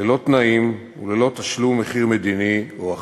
ללא תנאים וללא תשלום מחיר מדיני או אחר.